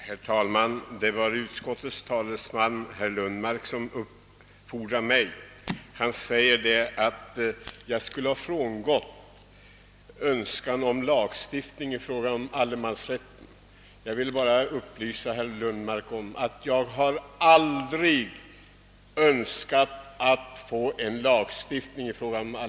Herr talman! Det var ett yttrande av utskottets talesman herr Lundmark som gjorde att jag har begärt ordet. Han sade att jag skulle ha frångått önskemålet om lagstiftning i fråga om allemansrätten. Jag vill bara upplysa herr Lundmark om att jag aldrig önskat en lagstiftning i denna fråga.